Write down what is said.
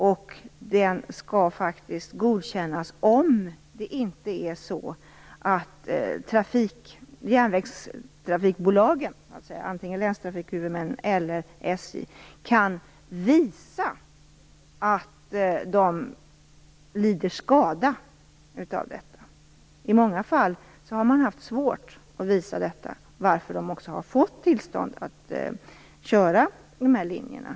Denna ansökan skall faktiskt godkännas om inte järnvägstrafikbolagen, alltså antingen länstrafikhuvudmännen eller SJ, kan visa att de lider skada. I många fall har de haft svårt att visa detta, och då har bussbolagen fått tillstånd att köra linjerna.